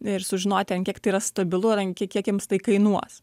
ir sužinoti ant kiek tai yra stabilu ant ant kiek jiems tai kainuos